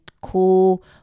cool